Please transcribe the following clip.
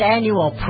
Annual